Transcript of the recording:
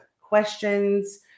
questions